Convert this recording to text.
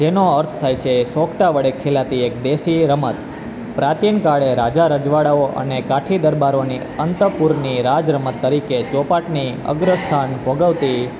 જેનો અર્થ થાય છે સોગઠાં વડે ખેલાતી એક દેશી રમત પ્રાચીન કાળે રાજા રજવાડાઓ અને કાઠી દરબારોની અંતહપૂરની રાજ રમત તરીકે ચોપાટની અગ્રસ્થાન ભોગવતી